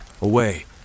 away